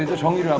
and stronger um